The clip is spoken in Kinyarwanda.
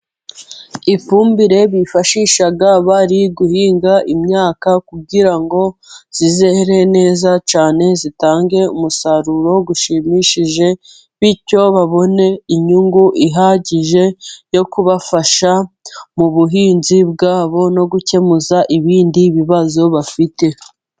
Ifumbire bifashisha bari guhinga imyaka kugira ngo izere neza cyane, itange umusaruro ushimishije, bityo babone inyungu ihagije yo kubafasha mu buhinzi bwabo no gukemuza ibindi bibazo bafite.